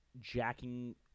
jacking